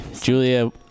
Julia